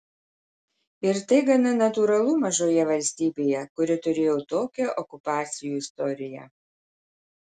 ir tai gana natūralu mažoje valstybėje kuri turėjo tokią okupacijų istoriją